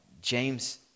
James